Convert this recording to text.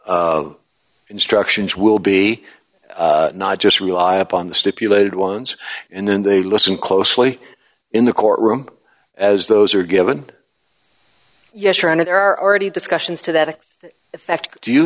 instructions will be not just rely upon the stipulated ones and then they listen closely in the courtroom as those are given yes your honor there are already discussions to that effect do you